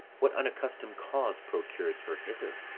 what unaccustom'd cause procures her hither?